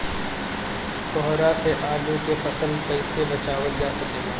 कोहरा से आलू के फसल कईसे बचावल जा सकेला?